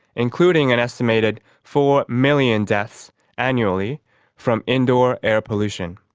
including an estimated four million deaths annually from indoor air pollution.